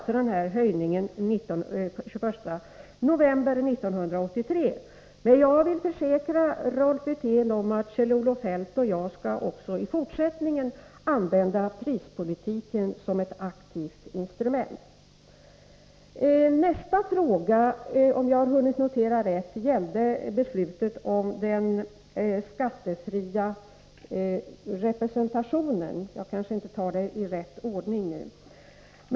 Sedan kom alltså höjningen den 21 november 1983, och jag vill försäkra Rolf Wirtén om att Kjell-Olof Feldt och jag också i fortsättningen skall använda prispolitiken som ett aktivt instrument. Nästa fråga gällde beslutet om den alkoholfria representationen — om jag nu tar frågorna i rätt ordning.